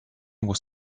was